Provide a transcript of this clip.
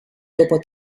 dopo